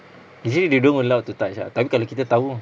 usually they don't allow to touch ah tapi kalau kita tahu